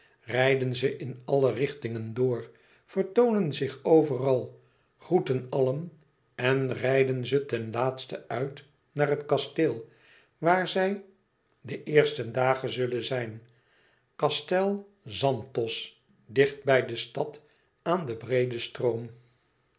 rijden ze in alle richtingen door vertoonen zich overal groeten allen en rijden ze ten laatste uit naar het kasteel waar zij de eerste dagen zullen zijn castel zanthos dicht bij de stad aan den breeden stroom